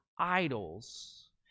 idols